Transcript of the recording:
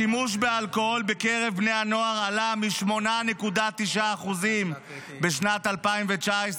השימוש באלכוהול בקרב בני הנוער עלה מ-8.9% בשנת 2019,